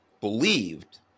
believed